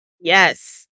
Yes